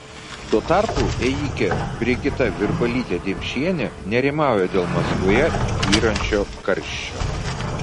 tuo tarpu ėjikė brigita virbalytė dimšienė nerimauja dėl maskvoje tvyrančio karščio